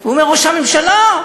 הוא אומר: ראש הממשלה,